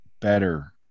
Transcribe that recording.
better